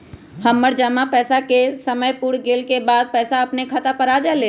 हमर जमा पैसा के समय पुर गेल के बाद पैसा अपने खाता पर आ जाले?